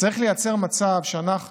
צריך לייצר מצב שאנחנו